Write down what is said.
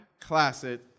classic